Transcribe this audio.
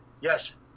yes